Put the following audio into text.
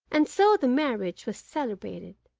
and so the marriage was celebrated,